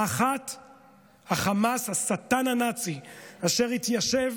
האחת, החמאס, השטן הנאצי, אשר התיישב